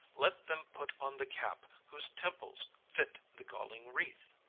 let them put on the cap, whose temples fit the galling wreath!